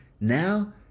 Now